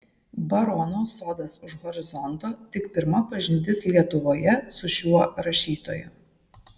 barono sodas už horizonto tik pirma pažintis lietuvoje su šiuo rašytoju